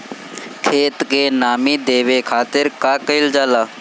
खेत के नामी देवे खातिर का कइल जाला?